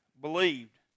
believed